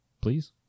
please